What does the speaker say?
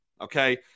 okay